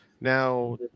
now